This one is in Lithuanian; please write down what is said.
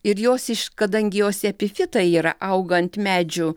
ir jos iš kadangi jos epifitai yra auga ant medžių